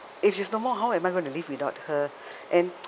if she's no more how am I going to live without her and